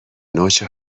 نوچه